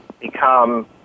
become